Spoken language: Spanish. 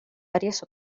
varias